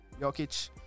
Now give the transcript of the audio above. Jokic